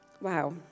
Wow